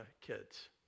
kids